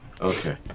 Okay